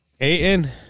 Aiden